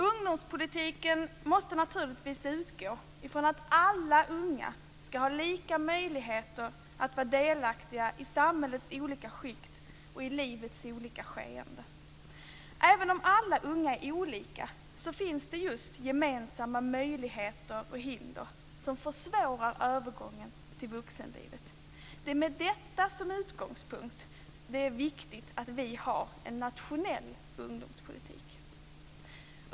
Ungdomspolitiken måste naturligtvis utgå från att alla unga ska ha lika möjligheter att vara delaktiga i samhällets olika skikt och i livets olika skeenden. Även om alla unga är olika finns just gemensamma möjligheter och hinder som försvårar övergången till vuxenlivet. Det är med detta som utgångspunkt det är viktigt att vi har en nationell ungdomspolitik.